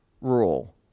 rule